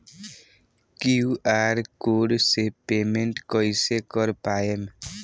QR code से payment कईसे कर पाएम?